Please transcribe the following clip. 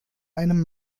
einem